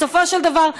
בסופו של דבר,